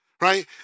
right